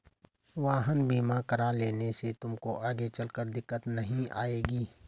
वाहन बीमा करा लेने से तुमको आगे चलकर दिक्कत नहीं आएगी